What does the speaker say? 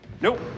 Nope